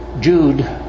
Jude